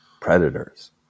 Predators